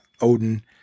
Odin